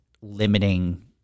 limiting